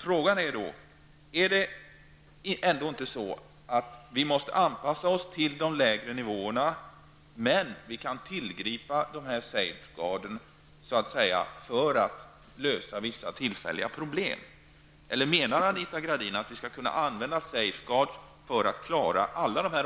Frågan är då om vi ändå inte måste anpassa oss till de lägre nivåerna men att vi kan tillgripa dessa ''safe guards'' för att lösa vissa tillfälliga problem, eller menar Anita Gradin att vi skall kunna använda ''safe guards'' för klara